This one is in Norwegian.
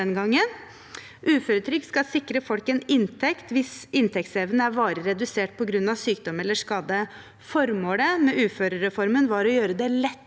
uføretrygd skal sikre folk en inntekt hvis inntektsevnen er varig redusert på grunn av sykdom eller skade. Formålet med uførereformen var å gjøre det lettere